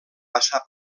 passar